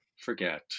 forget